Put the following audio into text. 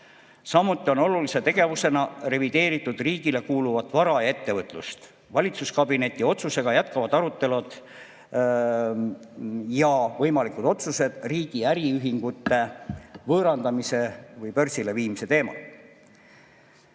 Samuti on olulise tegevusena revideeritud riigile kuuluvat vara ja ettevõtlust. Valitsuskabineti otsusega jätkuvad arutelud ja võimalikud otsused riigi äriühingute võõrandamise või börsile viimise teemal.